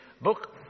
book